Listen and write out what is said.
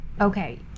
Okay